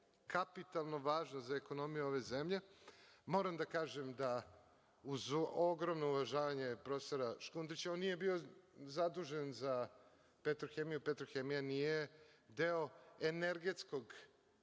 kapitalno važno za ekonomiju ove zemlje. Moram da kažem da, uz ogromno uvažavanje profesora Škundrića, on nije bio zadužen za „Petrohemiju“. „Petrohemija“ nije deo energetskog